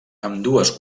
ambdues